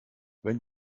wenn